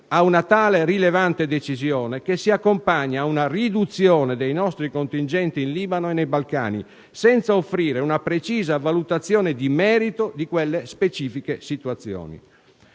ad una tale rilevante decisione, che si accompagna ad una riduzione dei nostri contingenti in Libano e nei Balcani, senza che sia offerta una precisa valutazione di merito di quelle specifiche situazioni.